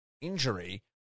injury